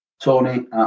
Tony